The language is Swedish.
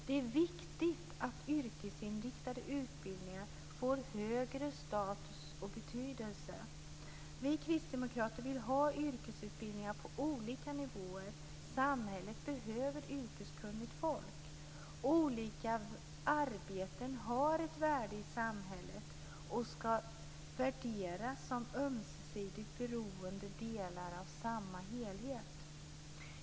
Det är viktigt att yrkesinriktade utbildningar får högre status och betydelse. Vi kristdemokrater vill ha yrkesutbildningar på olika nivåer. Samhället behöver yrkeskunnigt folk. Olika arbeten har ett värde i samhället och ska värderas som ömsesidigt beroende delar av samma helhet.